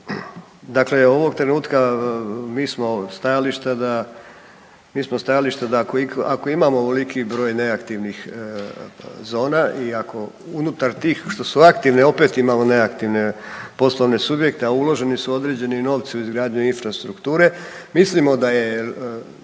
Dakle ovog trenutka mi smo stajališta da ako imamo oveliki broj neaktivnih zona i ako unutar tih što su aktivne opet imamo neaktivne poslovne subjekte, a uloženi su određeni novci u izgradnju infrastrukture mislimo da je